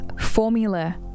formula